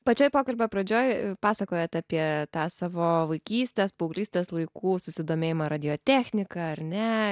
pačioj pokalbio pradžioj pasakojot apie tą savo vaikystės paauglystės laikų susidomėjimą radiotechnika ar ne